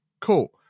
Cool